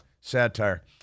satire